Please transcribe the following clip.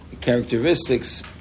characteristics